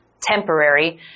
temporary